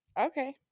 Okay